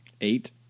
Eight